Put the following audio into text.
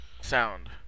sound